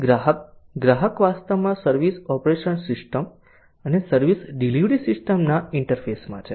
પછી ગ્રાહક ગ્રાહક વાસ્તવમાં સર્વિસ ઓપરેશન સિસ્ટમ અને સર્વિસ ડિલિવરી સિસ્ટમના ઇન્ટરફેસમાં છે